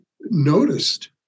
noticed